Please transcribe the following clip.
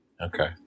Okay